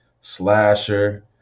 Slasher